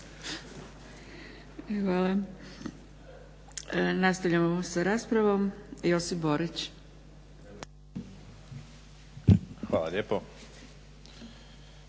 Hvala. Nastavljamo sa raspravom. Josip Borić. **Borić,